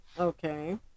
Okay